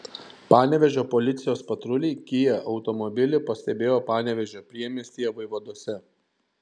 panevėžio policijos patruliai kia automobilį pastebėjo panevėžio priemiestyje vaivaduose